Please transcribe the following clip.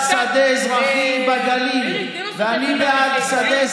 תני לו שדה,